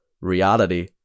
reality